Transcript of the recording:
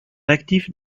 actif